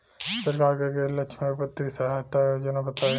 सरकार के गृहलक्ष्मी और पुत्री यहायता योजना बताईं?